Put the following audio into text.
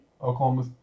Oklahoma